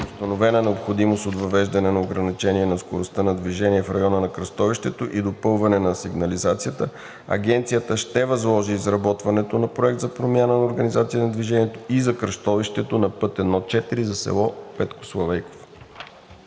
установена необходимост от въвеждане на ограничение на скоростта на движение в района на кръстовището и допълване на сигнализацията, Агенцията ще възложи изработването на проект за промяна на организацията на движението и за кръстовището на път I-4 за село Петко Славейков.